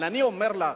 אבל אני אומר לך,